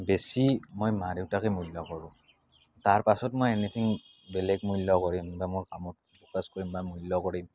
বেছি মই মা দেউতাকে মূল্য কৰোঁ তাৰপাছত মই এনিথিং বেলেগ মূল্য কৰিম বা মোৰ কামক ফ'কাছ কৰিম বা মূল্য কৰিম